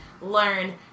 learn